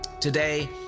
Today